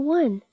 one